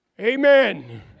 Amen